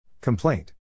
Complaint